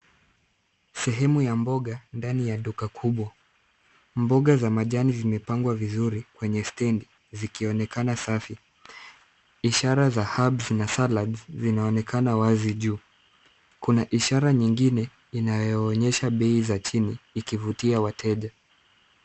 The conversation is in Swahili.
Sehemu ya mboga ndani ya duka kubwa. Mboga za majani zimepangwa vizuri kwenye stendi zikionekana safi. Ishara ya herbs na salads zinaonekana wazi juu. Kuna ishara nyingine, inayoonyesha bei za chini ikivutia wateja.